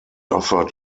offered